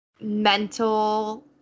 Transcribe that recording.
mental